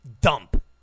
dump